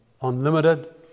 unlimited